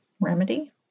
Remedy